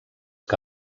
que